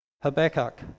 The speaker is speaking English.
Habakkuk